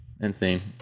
insane